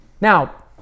now